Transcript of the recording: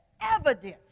evidence